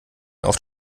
oft